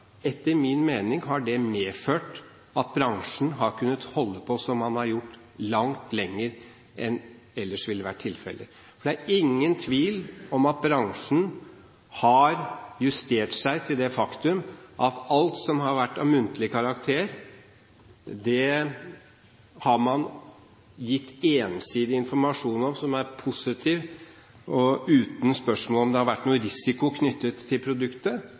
etter min mening medført at bransjen har kunnet holde på som den har gjort langt lenger enn det som ellers ville vært tilfellet. For det er ingen tvil om at bransjen har justert seg til det faktum at alt som har vært av muntlig karakter, har man gitt ensidig informasjon om, som er positiv, og uten spørsmål om det har vært noen risiko knyttet til produktet,